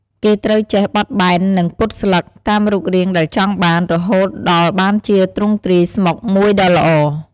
គេត្រូវចេះ បត់បែន និងពត់ស្លឹក តាមរូបរាងដែលចង់បាន រហូតដល់បានជាទ្រង់ទ្រាយស្មុកមួយដ៏ល្អ។